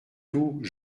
tout